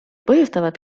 põhjustavad